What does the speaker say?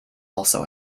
also